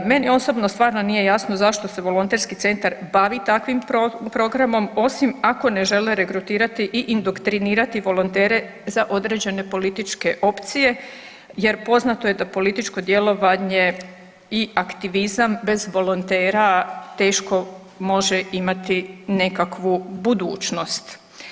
Meni osobno stvarno nije jasno zašto se volonterski centar bavi takvim programom osim ako ne želi regrutirati i indoktrinirati volontere za određene političke opcije jer poznato je da političko djelovanje i aktivizam bez volontera teško može imati nekakvu budućnost.